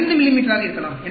05 மிமீ ஆக இருக்கலாம்